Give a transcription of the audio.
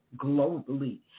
globally